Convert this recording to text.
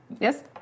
Yes